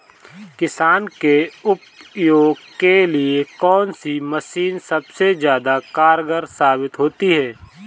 किसान के उपयोग के लिए कौन सी मशीन सबसे ज्यादा कारगर साबित होती है?